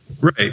Right